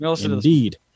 Indeed